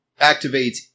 activates